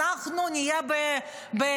אנחנו נהיה בסגר,